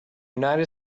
united